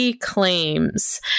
claims